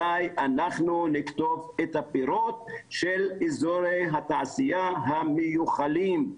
מתי אנחנו נקטוף את הפירות של אזורי התעשייה המיוחלים?